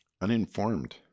uninformed